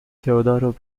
teodoro